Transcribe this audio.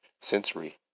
sensory